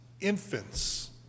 infants